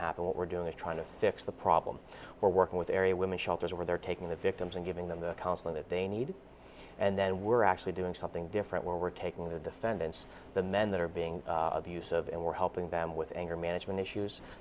happen what we're doing is trying to fix the problem or working with area women's shelters where they're taking the victims and giving them the counseling that they need and then we're actually doing something different where we're taking the defendants the men that are being abusive and we're helping them with anger management issues